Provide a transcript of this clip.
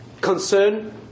Concern